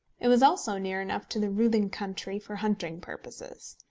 it was also near enough to the roothing country for hunting purposes.